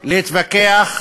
תקציב